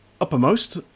uppermost